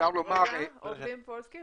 עורך דין פולסקי,.